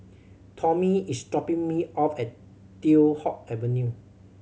Tommie is dropping me off at Teow Hock Avenue